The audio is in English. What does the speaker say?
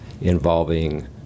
involving